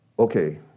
okay